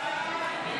סעיף 2,